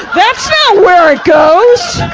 that's not where it goes!